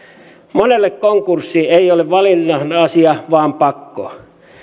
monelle konkurssi ei ole valinnan asia vaan pakko